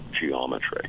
geometry